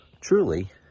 truly